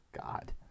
God